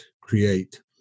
create